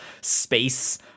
space